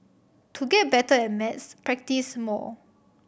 to get better at maths practise more